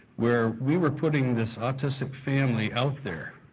where we were putting this autistic family out there,